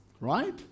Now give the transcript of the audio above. Right